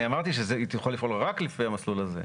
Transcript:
אני אמרתי שהיא תוכל לפעול רק לפי המסלול הזה.